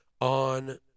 on